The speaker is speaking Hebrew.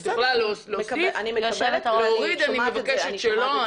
אני שומעת --- להוריד אני מבקשת שלא,